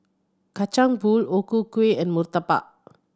Kacang Pool O Ku Kueh and murtabak